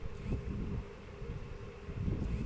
खाता खोले खातीर का चाहे ला?